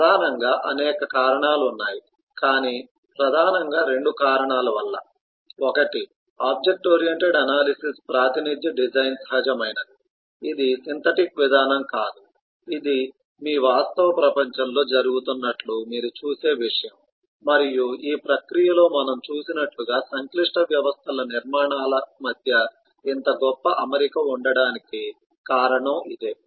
ప్రధానంగా అనేక కారణాలు ఉన్నాయి కానీ ప్రధానంగా 2 కారణాల వల్ల ఒకటి ఆబ్జెక్ట్ ఓరియెంటెడ్ ఎనాలిసిస్ ప్రాతినిధ్య డిజైన్ సహజమైనది ఇది సింథటిక్ విధానం కాదు ఇది మీ వాస్తవ ప్రపంచంలో జరుగుతున్నట్లు మీరు చూసే విషయం మరియు ఈ ప్రక్రియలో మనము చూసినట్లుగా సంక్లిష్ట వ్యవస్థల నిర్మాణాల మధ్య ఇంత గొప్ప అమరిక ఉండటానికి కారణం అదే